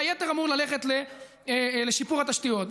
והיתר אמורים ללכת לשיפור התשתיות.